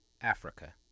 Africa